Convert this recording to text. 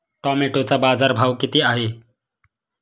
टोमॅटोचा बाजारभाव किती आहे?